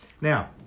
Now